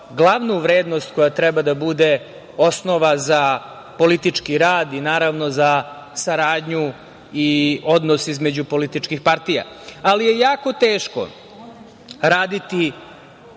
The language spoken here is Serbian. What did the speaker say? glavnu vrednost koja treba da bude osnova za politički rad i naravno za saradnju i odnos između političkih partija. Jako je teško raditi